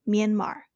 Myanmar